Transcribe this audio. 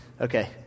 Okay